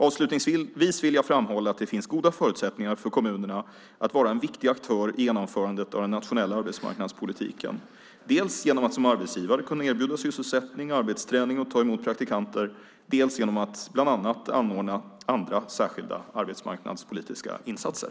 Avslutningsvis vill jag framhålla att det finns goda förutsättningar för kommunerna att vara en viktig aktör i genomförandet av den nationella arbetsmarknadspolitiken, dels genom att som arbetsgivare kunna erbjuda sysselsättning och arbetsträning och ta emot praktikanter, dels genom att bland annat anordna andra särskilda arbetsmarknadspolitiska insatser.